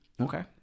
Okay